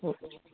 अ